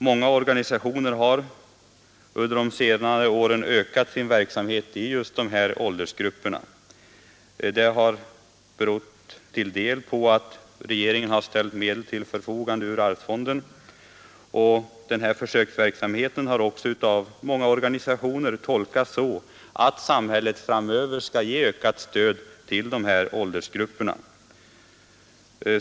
Många organisationer har under de senare åren ökat sin verksamhet i just dessa åldersgrupper. Detta har till en del berott på att regeringen har ställt medel till förfogande ur arvsfonden. Försöksverksamheten har också av många organisationer tolkats så, att samhället framöver kommer att ge ökat stöd till de här åldersgrupperna.